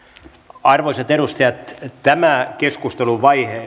arvoisat edustajat tämä keskusteluvaihe